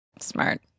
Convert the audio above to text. Smart